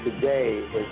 Today